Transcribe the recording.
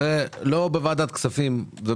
זה לא בוועדת הכספים אלא